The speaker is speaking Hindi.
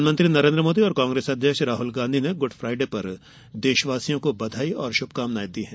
प्रधानमंत्री नरेन्द्र मोदी और कांग्रेस अध्यक्ष राहल गांधी ने गुड फ्राइडे पर देशवासियों को बधाई और शुभकामनायें दी हैं